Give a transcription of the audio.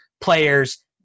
players